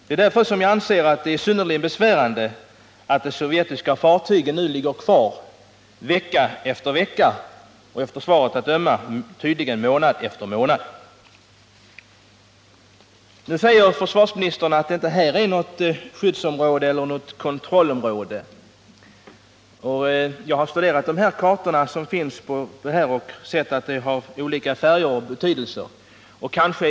Det är därför jag anser att det är synnerligen besvärande att de sovjetiska fartygen ligger kvar vecka efter vecka, och av svaret att döma tydligen månad efter månad. Nu säger försvarsministern att detta inte är något skyddsområde eller kontrollområde. Jag har studerat de kartor som finns över detta område och sett de olika färgerna och betydelserna av dessa.